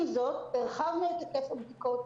עם זאת, הרחבנו את היקף הבדיקות.